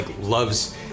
loves